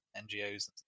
NGOs